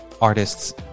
artists